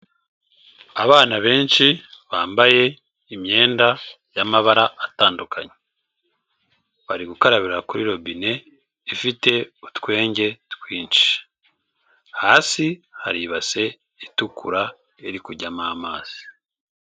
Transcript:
Abana benshi bambaye imyenda y'amabara atandukanye, bari gukarabira kuri robine ifite utwenge twinshi, hasi hari ibase itukura iri kujyamo amazi.